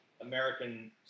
American